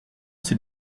ces